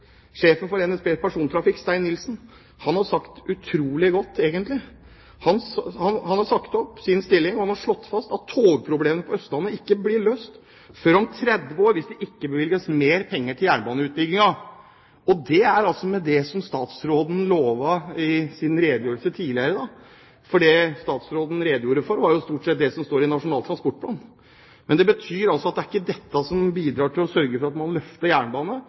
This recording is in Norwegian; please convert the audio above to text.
Sjefen for NSBs Persontrafikk, Stein Nilsen, har sagt opp sin stilling og slått fast at togproblemene på Østlandet ikke blir løst før om 30 år hvis det ikke bevilges mer penger til jernbaneutbyggingen. Det er med bevilgningen statsråden lovet i sin redegjørelse tidligere i dag, for det statsråden redegjorde for, er stort sett det som står i Nasjonal transportplan. Det betyr at det ikke er det som skal bidra til å løfte jernbanen og hindre at